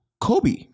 kobe